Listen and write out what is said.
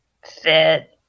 fit